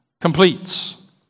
completes